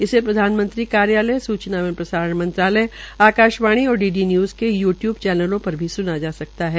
इसे प्रधानमंत्री कार्यालय सूचना एवं प्रसारण मंत्रालय आकाशवाणी और डी डी न्यूज के यू टयूब चैनलों पर भी स्ना जा सकता है